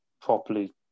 properly